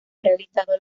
realizado